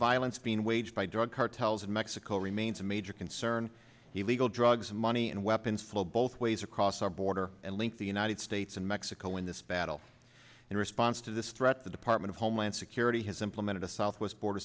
violence being waged by drug cartels in mexico remains a major concern the legal drugs money and weapons flow both ways across our border and link the united states and mexico in this battle in response to this threat the department of homeland security has implemented a southwest border